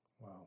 Wow